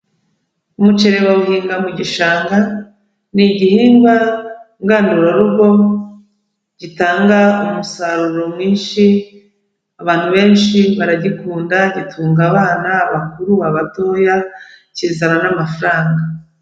Umuceri bawuhinga mu gishanga, ni igihingwa ngandurarugo gitanga umusaruro mwinshi, abantu benshi baragikunda, gitunga abana, abakuru, abatoya, kizana n'amafaranga.